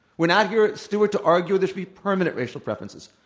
we're not here, stuart, to argue there should be permanent racial preferences.